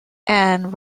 and